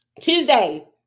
Tuesday